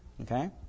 Okay